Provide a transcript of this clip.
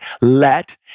let